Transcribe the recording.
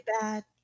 bad